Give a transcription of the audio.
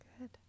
Good